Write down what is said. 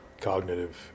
cognitive